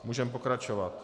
Můžeme pokračovat.